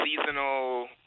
Seasonal